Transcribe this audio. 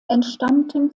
entstammten